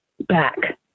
back